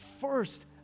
First